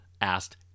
asked